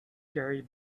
gary